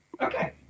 okay